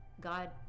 God